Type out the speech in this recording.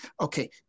Okay